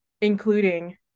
including